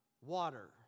Water